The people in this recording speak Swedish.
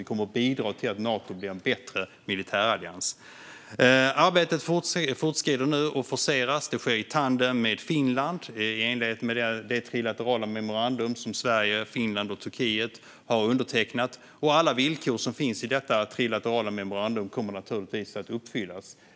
Vi kommer att bidra till att Nato blir en bättre militärallians. Arbetet fortskrider nu och forceras. Det sker i tandem med Finland i enlighet med det trilaterala memorandum som Sverige, Finland och Turkiet har undertecknat. Alla villkor som finns i detta trilaterala memorandum kommer naturligtvis att uppfyllas.